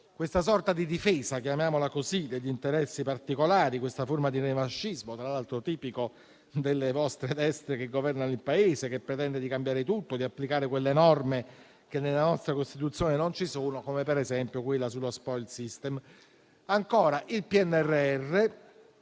questa sorta di difesa, per così dire, degli interessi particolari e questa forma di revanscismo, tra l'altro tipico delle vostre destre che governano il Paese, che pretende di cambiare tutto e di applicare norme che nella nostra Costituzione non ci sono, come ad esempio quella sullo *spoils system*. Ancora, il PNRR,